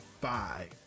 five